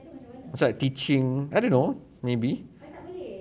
masuk like teaching I don't know maybe